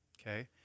Okay